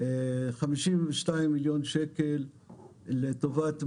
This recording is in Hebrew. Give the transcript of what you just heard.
לטובת מלגות,